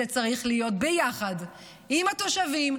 זה צריך להיות ביחד עם התושבים,